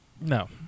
No